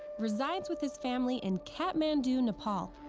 resides with his family in kathmandu, nepal.